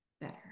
better